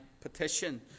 petition